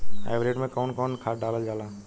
Hybrid में कउन कउन खाद डालल जाला?